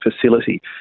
facility